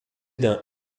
d’un